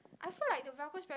I feel like the velcro Sperry